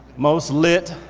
most lit,